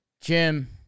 Jim